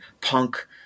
Punk